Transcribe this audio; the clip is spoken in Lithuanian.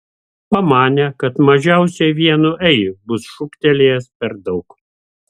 pamanė kad mažiausiai vienu ei bus šūktelėjęs per daug